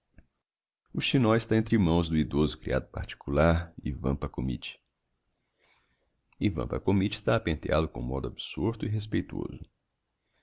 o chinó está entre mãos do edoso criado particular ivan pakhomitch ivan pakhomitch está a penteál o com modo absorto e respeitoso